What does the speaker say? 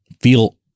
feel